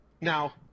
Now